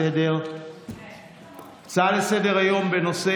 הצעות לסדר-היום מס' 307 ו-308,